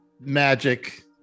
magic